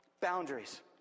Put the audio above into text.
boundaries